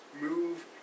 move